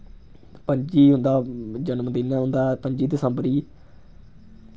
पं'जी उं'दा जन्मदिन ऐ उं'दा पंजी दिसम्बर गी